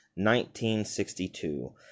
1962